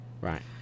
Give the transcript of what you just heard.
Right